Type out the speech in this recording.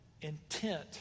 intent